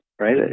right